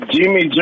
Jimmy